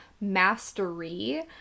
mastery